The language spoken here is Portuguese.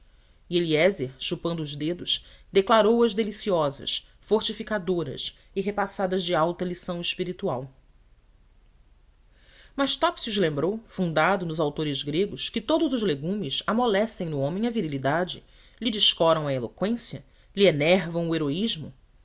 eliézer chupando os dedos declarou as deliciosas fortificadoras e repassadas de alta lição espiritual mas topsius lembrou fundado nos autores gregos que todos os legumes amolecem no homem a virilidade lhe descoram a eloqüência lhe enervam o heroísmo